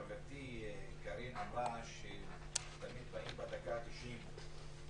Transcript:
חברתי קארין אמרה שתמיד באים בדקה ה-90.